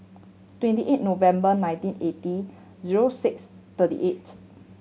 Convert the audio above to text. twenty eight November nineteen eighty zero six thirty eight